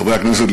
חברי הכנסת,